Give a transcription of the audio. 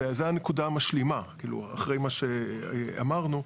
וזו הנקודה המשלימה אחרי מה שאמרנו,